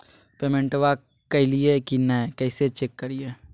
पेमेंटबा कलिए की नय, कैसे चेक करिए?